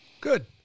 Good